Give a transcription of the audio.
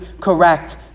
correct